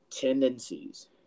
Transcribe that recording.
Tendencies